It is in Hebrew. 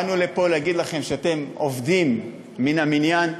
באנו לפה להגיד לכם שאתם עובדים מן המניין,